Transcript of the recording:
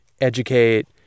educate